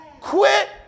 quit